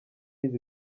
izi